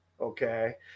okay